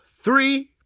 three